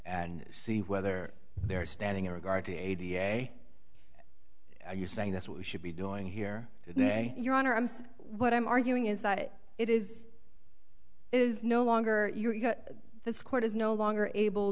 and see whether they're standing in regard to a da are you saying that's what we should be doing here today your honor i'm saying what i'm arguing is that it is is no longer you know this court is no longer able